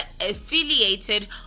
affiliated